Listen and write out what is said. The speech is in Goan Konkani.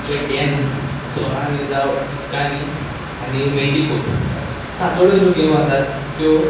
गड्ड्यांनी चोरांनी जावं उदकांनी आनी मेंडिकोट सातोळ्यो ज्यो गेम आसात त्यो